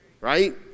right